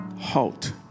Halt